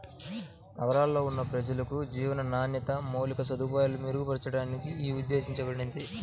నగరాల్లో ఉన్న ప్రజలకు జీవన నాణ్యత, మౌలిక సదుపాయాలను మెరుగుపరచడానికి యీ ఉద్దేశించబడింది